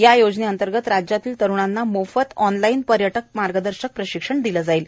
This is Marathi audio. या योजने अंतर्गत राज्यातल्या तरुणांना मोफत ऑनलाईन पर्यटक मार्गदर्शक प्रशिक्षण दिलं जाईल